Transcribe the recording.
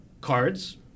cards